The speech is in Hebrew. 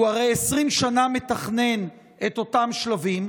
הוא הרי מתכנן 20 שנה את אותם שלבים,